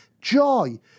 joy